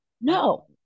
No